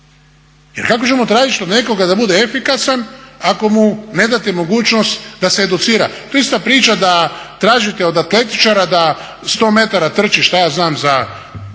Jer kako ćemo tražiti od nekoga da bude efikasan ako mu ne date mogućnost da se educira? To je ista priča da tražite od atletičara da 100 metara trči što ja znam za